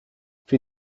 für